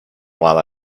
while